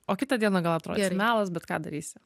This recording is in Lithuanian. o kitą dieną gal atrodys ir melas bet ką darysi